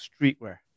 streetwear